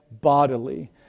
bodily